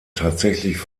tatsächlich